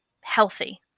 healthy